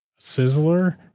sizzler